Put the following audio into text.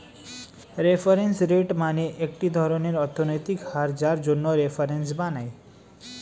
reference rate মানে একটি ধরনের অর্থনৈতিক হার যার জন্য রেফারেন্স বানায়